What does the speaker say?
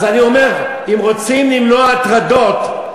אם רוצים למנוע הטרדות,